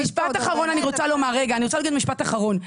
רגע, אני רוצה להגיד משפט אחרון.